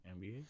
NBA